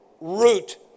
root